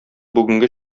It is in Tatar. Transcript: бүгенге